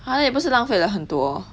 !huh! 你不是浪费了很多